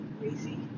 crazy